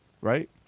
right